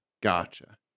Gotcha